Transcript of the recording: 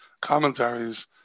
commentaries